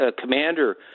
commander